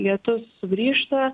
lietus sugrįžta